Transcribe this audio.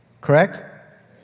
correct